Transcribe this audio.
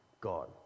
God